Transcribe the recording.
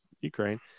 Ukraine